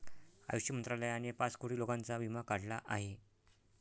आयुष मंत्रालयाने पाच कोटी लोकांचा विमा काढला आहे